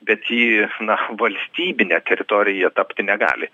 bet ji na valstybine teritorija tapti negali